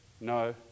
no